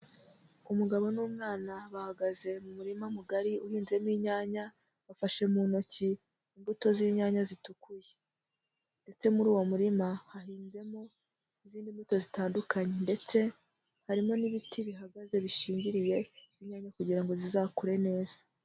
Umugabo n'umwana bahagaze mu murima mugari uhinzemo inyanya, bafashe mu ntoki imbuto z'inyanya zitukuye ndetse muri uwo murima hahinzemo izindi mbuto zitandukanye ndetse harimo n'ibiti bihagaze bishingiriye inyanya kugira ngo zizakure neza.